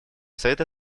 совета